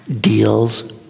deals